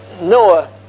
Noah